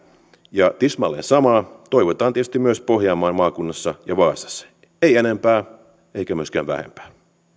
ja tismalleen samaa toivotaan tietysti myös pohjanmaan maakunnassa ja vaasassa ei enempää eikä myöskään vähempää